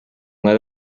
let